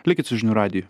likit su žinių radiju